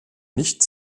nicht